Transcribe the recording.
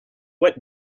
what